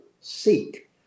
seek